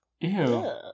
Ew